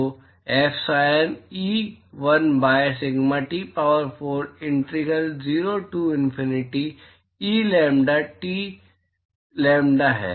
तो epsilon e 1 by sigma t power 4 in integral 0 to infinity e lambda t d lambda है